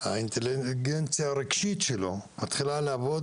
האינטליגנציה הרגשית שלו מתחילה לעבוד